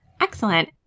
excellent